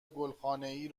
گلخانهای